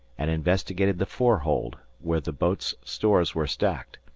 and investigated the fore-hold, where the boat's stores were stacked.